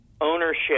ownership